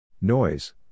Noise